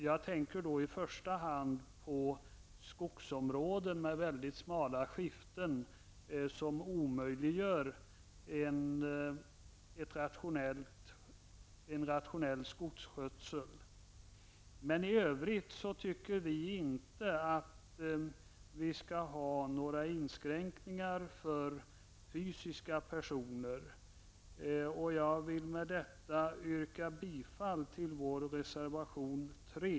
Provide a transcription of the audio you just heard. Jag tänker då i första hand på skogsområden med väldigt smala skiften, som omöjliggör en rationell skogsskötsel. I övrigt vill vi inte ha några inskränkningar för fysiska personer. Jag vill med detta yrka bifall till vår reservation 3.